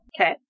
Okay